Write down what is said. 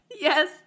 Yes